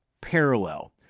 parallel